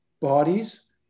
bodies